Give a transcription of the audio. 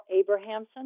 Abrahamson